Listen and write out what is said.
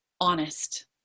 honest